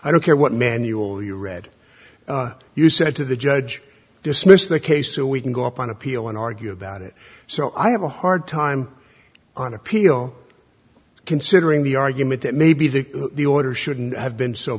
i don't care what manual you read you said to the judge dismissed the case so we can go up on appeal and argue about it so i have a hard time on appeal considering the argument that maybe the the order shouldn't have been so